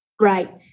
Right